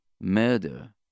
murder